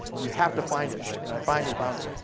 you have to find it, right, and i finally found it.